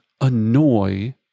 annoy